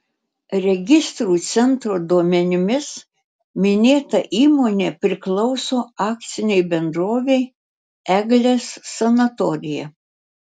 registrų centro duomenimis minėta įmonė priklauso akcinei bendrovei eglės sanatorija